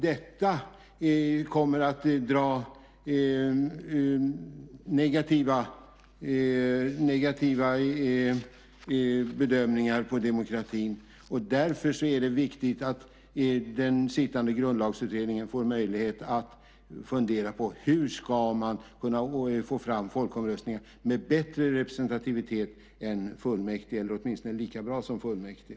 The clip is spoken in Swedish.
Detta kommer att innebära negativa bedömningar för demokratin, och därför är det viktigt att den sittande Grundlagsutredningen får möjlighet att fundera på hur man ska kunna få fram folkomröstningar med bättre representativitet än fullmäktige, eller åtminstone lika bra som fullmäktige.